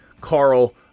Carl